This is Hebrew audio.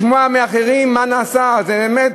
לשמוע מאחרים מה נעשה זה באמת,